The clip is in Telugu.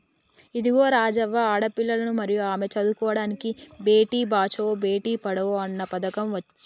ఇదిగో రాజవ్వ ఆడపిల్లలను మరియు ఆమె చదువుకోడానికి బేటి బచావో బేటి పడావో అన్న పథకం అచ్చింది